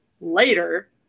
later